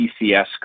PCS